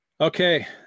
Okay